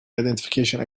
identification